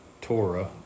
Torah